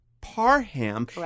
parham